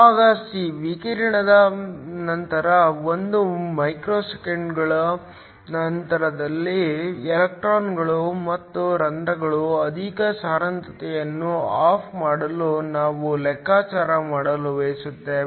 ಭಾಗ ಸಿ ವಿಕಿರಣದ ನಂತರ 1 ಮಿಲಿಸೆಕೆಂಡುಗಳ ನಂತರ ಎಲೆಕ್ಟ್ರಾನ್ಗಳು ಮತ್ತು ರಂಧ್ರಗಳ ಅಧಿಕ ಸಾಂದ್ರತೆಯನ್ನು ಆಫ್ ಮಾಡಲು ನಾವು ಲೆಕ್ಕಾಚಾರ ಮಾಡಲು ಬಯಸುತ್ತೇವೆ